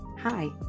Hi